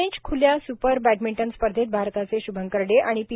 French खुल्या super badminton स्पर्धेत भारताचे शुभंकर डे आणि पी